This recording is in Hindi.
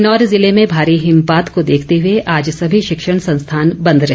किन्नौर जिले में भारी हिमपात को देखते हुए आज सभी शिक्षण संस्थान बंद रहे